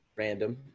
random